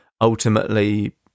ultimately